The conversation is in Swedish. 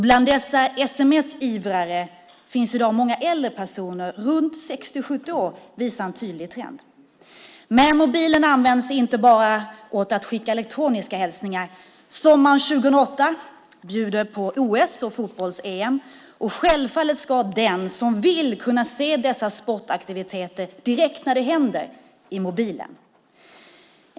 Bland dessa sms-ivrare finns i dag många äldre personer runt 60-70 år visar en tydlig trend. Men mobilen används inte bara för att skicka elektroniska hälsningar. Sommaren 2008 bjuder på OS och fotbolls-EM. Självfallet ska den som vill kunna se dessa sportaktiviteter direkt när det händer i mobilen.